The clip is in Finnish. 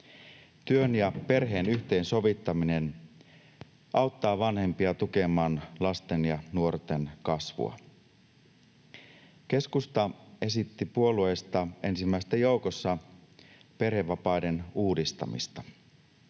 Työn ja perheen yhteensovittaminen auttaa vanhempia tukemaan lasten ja nuorten kasvua. Keskusta esitti puolueista ensimmäisten joukossa perhevapaiden uudistamista.